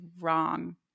wrong